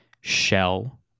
shell